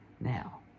Now